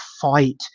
fight